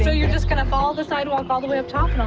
you're just gonna follow the sidewalk all the way up top,